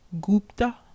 Gupta